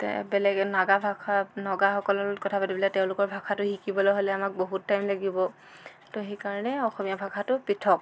বেলেগ নাগাভাষা নগাসকলৰ লগত কথা পাতিবলৈ তেওঁলোকৰ ভাষাটো শিকিবলৈ হ'লে আমাক বহুত টাইম লাগিব তো সেইকাৰণে অসমীয়া ভাষাটো পৃথক